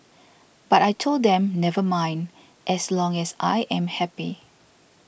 but I told them never mind as long as I am happy